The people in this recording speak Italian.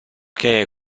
che